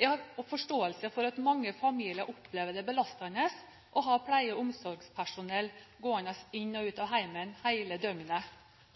Jeg har forståelse for at mange familier opplever det belastende å ha pleie- og omsorgspersonell gående inn og ut av hjemmet hele døgnet,